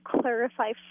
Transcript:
clarify